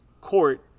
court